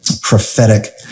prophetic